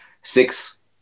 six